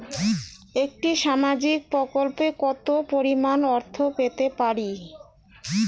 একটি সামাজিক প্রকল্পে কতো পরিমাণ অর্থ পেতে পারি?